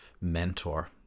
mentor